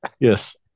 Yes